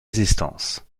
résistances